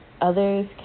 Others